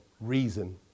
reason